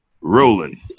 rolling